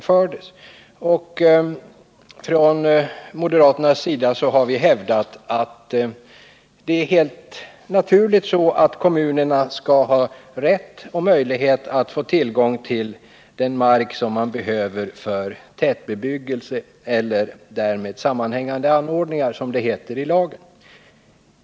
Från moderat håll har vi hävdat att kommunerna helt naturligt skall ha rätt och möjlighet att få tillgång till den mark som de behöver för tätbebyggelse eller ”därmed sammanhängande anordningar”, som det heter i lagen.